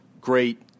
great